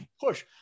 push